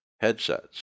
headsets